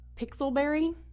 Pixelberry